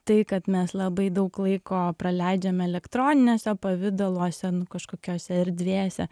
tai kad mes labai daug laiko praleidžiam elektroniniuose pavidaluose nu kažkokiose erdvėse